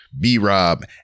B-Rob